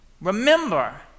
Remember